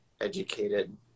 educated